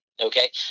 Okay